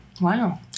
Wow